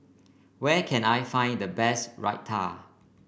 where can I find the best Raita